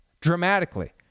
dramatically